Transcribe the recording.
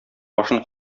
башын